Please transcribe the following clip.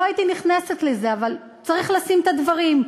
לא הייתי נכנסת לזה, אבל צריך לשים את הדברים.